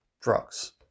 drugs